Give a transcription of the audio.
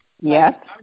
Yes